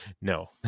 No